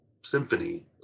symphony